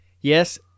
yes